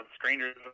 strangers